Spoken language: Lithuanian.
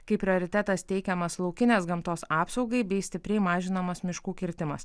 kai prioritetas teikiamas laukinės gamtos apsaugai bei stipriai mažinamas miškų kirtimas